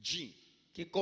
Que